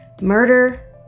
Murder